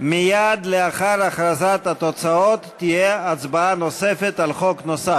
מייד לאחר הכרזת התוצאות תהיה הצבעה נוספת על חוק נוסף.